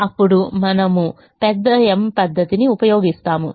అప్పుడు మనము పెద్ద M పద్ధతిని ఉపయోగిస్తాము